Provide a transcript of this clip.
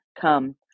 Come